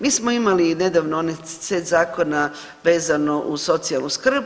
Mi smo imali nedavno onaj set zakona vezano uz socijalnu skrb.